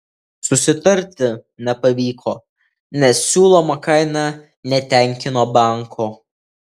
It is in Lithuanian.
susitarti nepavyko nes siūloma kaina netenkino banko